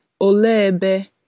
olebe